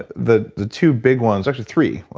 ah the the two big ones, actually three,